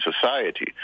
society